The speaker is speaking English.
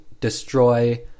destroy